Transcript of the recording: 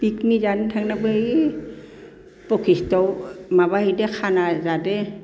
picnic जानो थांनायावबो बै बशिष्टआव माबाहैदों खाना जादों